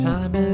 Time